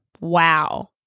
Wow